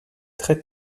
très